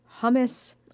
hummus